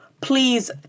please